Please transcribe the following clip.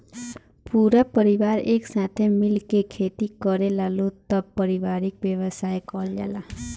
पूरा परिवार एक साथे मिल के खेती करेलालो तब पारिवारिक व्यवसाय कहल जाला